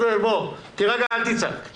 בוא תירגע, אל תצעק.